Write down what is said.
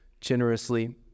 generously